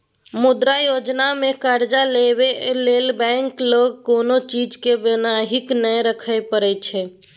मुद्रा योजनामे करजा लेबा लेल बैंक लग कोनो चीजकेँ बन्हकी नहि राखय परय छै